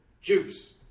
Juice